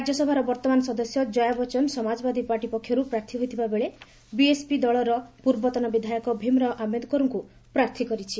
ରାଜ୍ୟସଭାର ବର୍ତ୍ତମାନ ସଦସ୍ୟ କୟା ବଚ୍ଚନ ସମାଦବାଦି ପାର୍ଟି ପକ୍ଷରୁ ପ୍ରାର୍ଥୀ ହୋଇଥିବାବେଳେ ବିଏସ୍ପି ଦଳର ପୂର୍ବତନ ବିଧାୟକ ଭୀମ ରାଓ ଆୟେଦକରଙ୍କୁ ପ୍ରାର୍ଥୀ କରିଛି